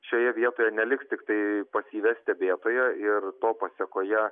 šioje vietoje neliks tiktai pasyvią stebėtoja ir to pasekoje